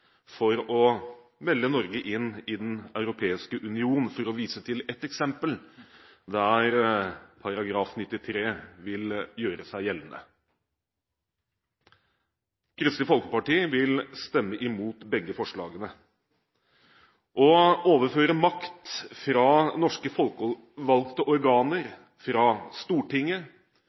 for å melde Norge inn i Den europeiske union – for å vise til ett eksempel der § 93 vil gjøre seg gjeldende. Kristelig Folkeparti vil stemme mot begge forslagene. Å overføre makt fra norske folkevalgte organer, fra Stortinget,